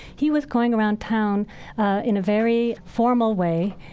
he was going around town in a very formal way,